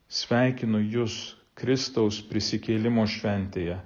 sveikinu jus kristaus prisikėlimo šventėje